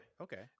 Okay